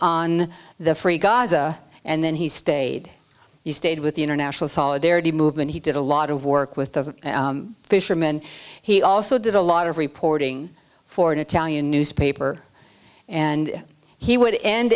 on the free gaza and then he stayed you stayed with the international solidarity movement he did a lot of work with the fisherman he also did a lot of reporting for an italian newspaper and he would end